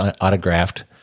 autographed